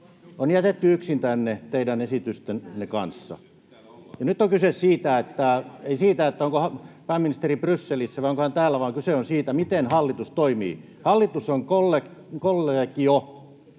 on jätetty yksin tänne teidän esitystenne kanssa. [Kimmo Kiljunen: Täällä ollaan!] Nyt ei ole kyse siitä, onko pääministeri Brysselissä vai onko hän täällä, vaan kyse on siitä, miten hallitus toimii. Hallitus on kollegio,